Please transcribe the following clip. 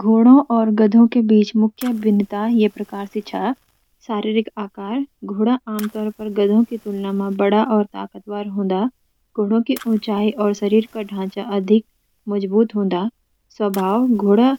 घोड़ों और गधों के बीच कुछ मुख्य भिन्नता ये प्रकार सी छ: शारीरिक आकार: घोड़े आमतौर पर गधों की तुलना में बडा और ताकतवर हों दा। घोड़ों की ऊँचाई और शरीर का ढांचा अधिक मजबूत हों दा। स्वभाव: घोड़े